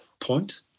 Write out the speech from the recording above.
point